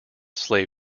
slave